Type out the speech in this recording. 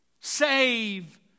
Save